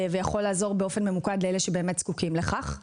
ויכול לעזור באופן ממוקד לאלה שבאמת זקוקים לכך.